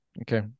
okay